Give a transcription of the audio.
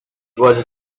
was